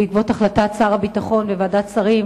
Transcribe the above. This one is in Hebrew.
בעקבות החלטת שר הביטחון בוועדת שרים